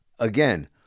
Again